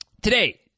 today